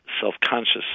self-conscious